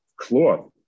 cloth